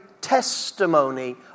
testimony